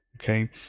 Okay